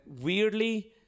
weirdly